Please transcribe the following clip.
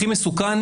הכי מסוכן